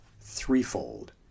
threefold